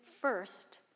first